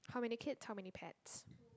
how many kids how many pets